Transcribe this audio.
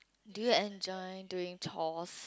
do you enjoy doing chores